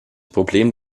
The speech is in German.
problem